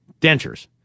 dentures